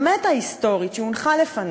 באמת ההיסטורית, שהונחה לפניה,